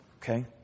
Okay